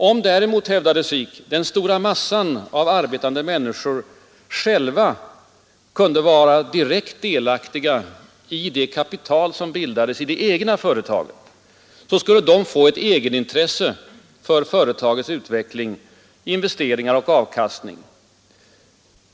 Om däremot — hävdade Sik — den stora massan av arbetande människor blev direkt delaktiga i det kapital som bildades i det egna företaget, skulle de få ett egenintresse för företagets utveckling, investeringar och avkastning.